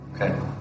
Okay